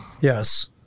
Yes